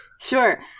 Sure